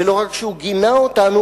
ולא רק שהוא גינה אותנו,